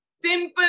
Simple